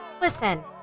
Listen